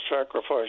sacrifice